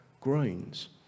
groans